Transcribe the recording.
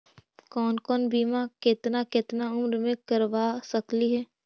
कौन कौन बिमा केतना केतना उम्र मे करबा सकली हे?